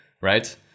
right